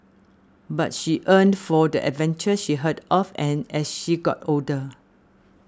but she yearned for the adventures she heard of and as she got older